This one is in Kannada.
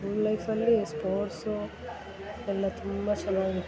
ಸ್ಕೂಲ್ ಲೈಫಲ್ಲಿ ಸ್ಪೋರ್ಟ್ಸು ಎಲ್ಲ ತುಂಬ ಚೆನ್ನಾಗಿತ್ತು